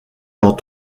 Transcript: dans